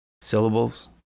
syllables